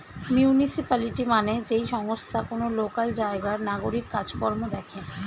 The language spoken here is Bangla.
মিউনিসিপালিটি মানে যেই সংস্থা কোন লোকাল জায়গার নাগরিক কাজ কর্ম দেখে